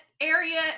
area